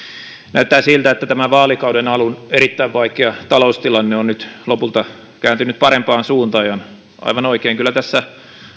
näyttää siltä että tämän vaalikauden alun erittäin vaikea taloustilanne on nyt lopulta kääntynyt parempaan suuntaan aivan oikein kyllä tässä